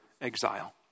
exile